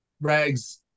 Rags